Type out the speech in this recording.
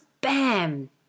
bam